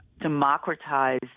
democratize